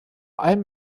allem